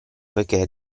poichè